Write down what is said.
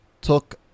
took